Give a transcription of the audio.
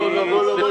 לא, לא.